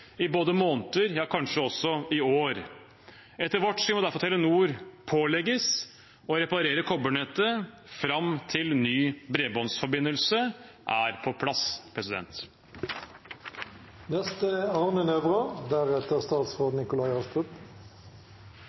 i både måneder og kanskje også år. Etter vårt syn må Telenor derfor pålegges å reparere kobbernettet fram til ny bredbåndsforbindelse er på plass.